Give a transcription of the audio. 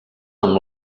amb